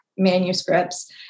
manuscripts